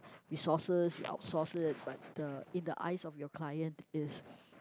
resources we outsource it but the in the eyes of your client is